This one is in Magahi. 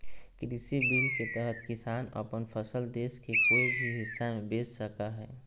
कृषि बिल के तहत किसान अपन फसल देश के कोय भी हिस्सा में बेच सका हइ